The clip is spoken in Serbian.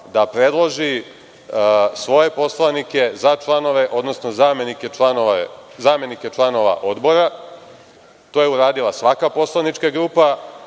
da predloži svoje poslanike za članove, odnosno zamenike članova odbora. To je uradila svaka poslanička grupa.